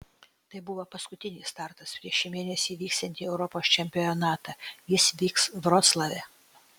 tai buvo paskutinis startas prieš šį mėnesį įvyksiantį europos čempionatą jis vyks vroclave